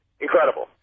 incredible